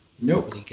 nope